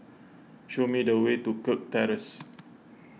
show me the way to Kirk Terrace